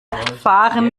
fahren